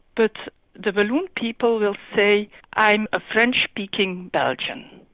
but the walloon people will say i'm a french-speaking belgian,